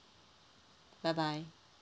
bye bye